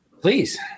Please